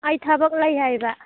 ꯑꯩ ꯊꯕꯛ ꯂꯩ ꯍꯥꯏꯕ